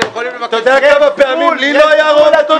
אתה יודע כמה פעמים לי לא היה רוב?